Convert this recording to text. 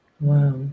Wow